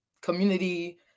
Community